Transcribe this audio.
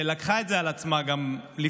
שלקחה את זה על עצמה בעבר,